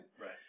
Right